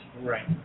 Right